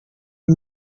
w’i